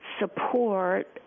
support